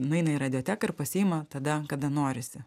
nueina į radioteką ir pasiima tada kada norisi